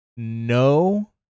No